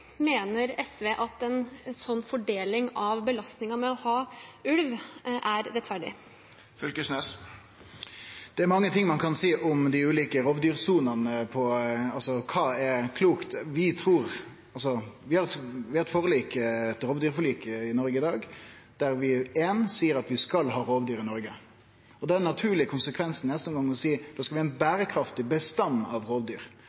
Mener SV at en slik fordeling av belastningen med å ha ulv er rettferdig? Det er mange ting ein kan seie om dei ulike rovdyrsonene, om kva som er klokt. Vi har eit rovdyrforlik i Noreg i dag der vi seier at vi skal ha rovdyr i Noreg. Da er den naturlege konsekvensen at vi skal ha ein berekraftig bestand av rovdyr.